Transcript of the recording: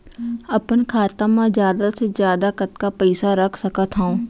अपन खाता मा जादा से जादा कतका पइसा रख सकत हव?